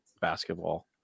basketball